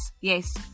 Yes